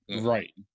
right